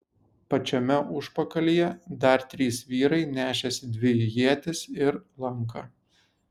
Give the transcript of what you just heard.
pačiame užpakalyje dar trys vyrai nešėsi dvi ietis ir lanką